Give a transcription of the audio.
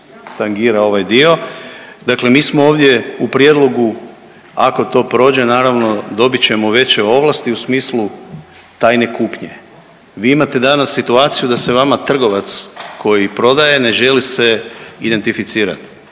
tangira ovaj dio. Dakle mi smo ovdje u prijedlogu, ako to prođe, naravno, dobit ćemo veće ovlasti u smislu tajne kupnje. Vi imate danas situaciju da se vama trgovac koji prodaje, ne želi se identificirati.